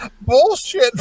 Bullshit